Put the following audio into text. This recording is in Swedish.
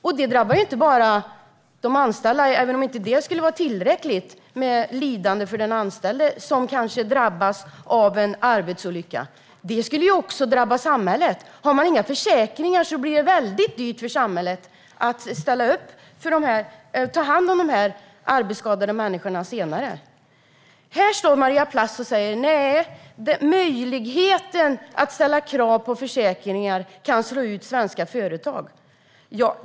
Och det drabbar inte bara de anställda, även om lidandet för den som drabbas av en olycka i arbetet skulle vara tillräckligt, utan det drabbar även samhället. Utan försäkringar blir det väldigt dyrt för samhället att ställa upp och ta hand om dessa arbetsskadade människor senare. Här står Maria Plass och säger att möjligheten att ställa krav på försäkringar kan slå ut svenska företag.